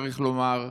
צריך לומר,